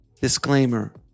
Disclaimer